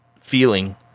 feeling